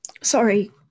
sorry